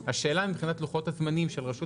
השאלה מבחינת לוחות הזמנים של רשות